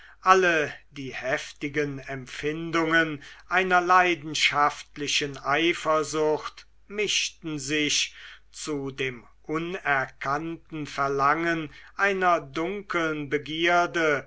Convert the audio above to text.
alle die heftigen empfindungen einer leidenschaftlichen eifersucht mischten sich zu dem unerkannten verlangen einer dunkeln begierde